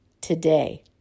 today